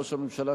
ראש הממשלה,